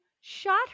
shot